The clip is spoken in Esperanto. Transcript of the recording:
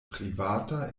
privata